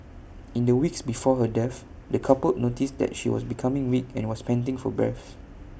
in the weeks before her death the couple noticed that she was becoming weak and was panting for breath